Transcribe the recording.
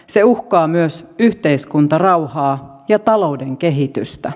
se uhkaa myös yhteiskuntarauhaa ja talouden kehitystä